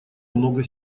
много